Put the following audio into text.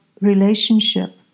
relationship